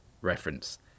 reference